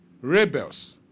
rebels